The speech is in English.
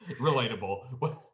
Relatable